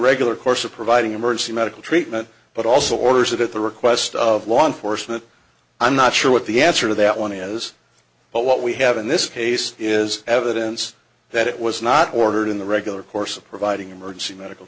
regular course of providing emergency medical treatment but also orders that at the request of law enforcement i'm not sure what the answer to that one is but what we have in this case is evidence that it was not ordered in the regular course of providing emergency medical